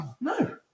No